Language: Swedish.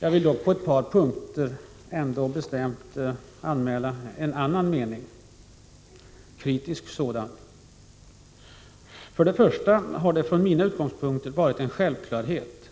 Jag vill dock på ett par punkter bestämt anmäla en annan och kritisk mening. För det första hade det från mina utgångspunkter varit en självklarhet